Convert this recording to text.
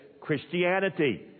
christianity